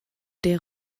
der